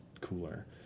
cooler